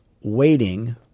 waiting